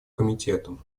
комитету